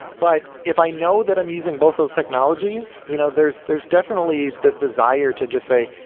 but if i know that i'm using both those technologies, you know there's there's definitely this desire to just say,